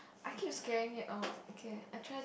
I keep scaring it off okay I try